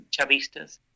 Chavistas